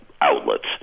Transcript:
outlets